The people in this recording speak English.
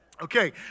Okay